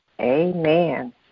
Amen